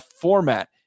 format